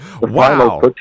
Wow